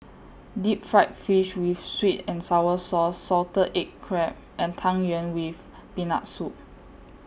Deep Fried Fish with Sweet and Sour Sauce Salted Egg Crab and Tang Yuen with Peanut Soup